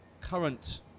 current